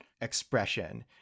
expression